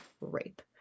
rape